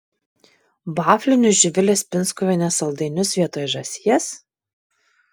vaflinius živilės pinskuvienės saldainius vietoj žąsies